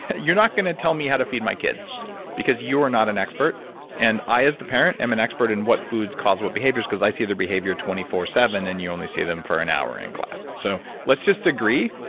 you're not going to tell me how to feed my kids because you are not an expert and i as the parent am an expert in what foods cause what behaviors cause i see their behavior twenty four seven and you only see them for an hour in class so let's let's just agree.